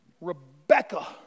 Rebecca